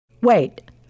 Wait